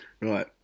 right